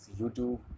YouTube